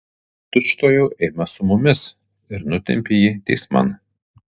tučtuojau eime su mumis ir nutempė jį teisman